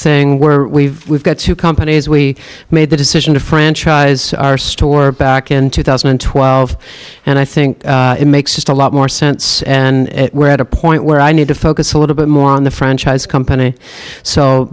thing where we've got two companies we made the decision to franchise our store back in two thousand and twelve and i think it makes just a lot more sense and we're at a point where i need to focus a little bit more on the franchise company so